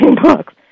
books